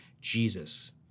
Jesus